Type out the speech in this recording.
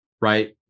right